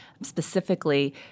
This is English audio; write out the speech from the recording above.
specifically